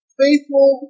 faithful